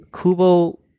Kubo